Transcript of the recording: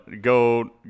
go